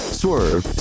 swerve